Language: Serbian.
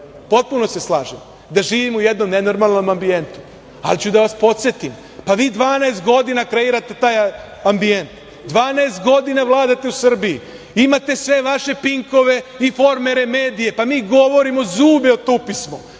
potpuno se slažem da živimo u jednom nenormalnom ambijentu, ali ću da vas podsetim, pa vi 12 godina kreirate taj ambijent. Dvanaest godina vladate u Srbiji, imate sve vaše Pinkove, Informere, medije, pa mi govorimo, zube otupismo,